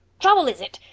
trouble, is it?